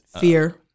Fear